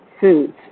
foods